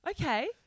okay